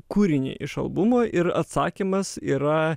kūrinį iš albumo ir atsakymas yra